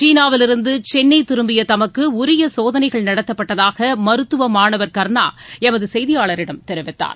சீனாவிலிருந்துசென்னைதிரும்பியதமக்குஉரியசோதனைகள் நடத்தப்பட்டதாகமருத்துவமாணவர் கர்ணாளமதசெய்தியாளரிடம் தெரிவித்தார்